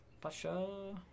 Pasha